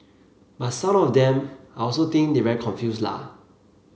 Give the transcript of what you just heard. but some of them I also think they very confuse la